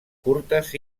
curtes